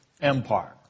empire